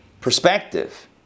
perspective